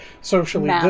socially